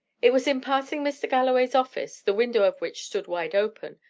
it was in passing mr. galloway's office, the window of which stood wide open,